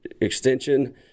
extension